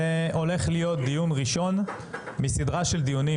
זה דיון ראשון בסדרה של דיונים